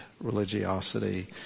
religiosity